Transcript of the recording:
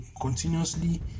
continuously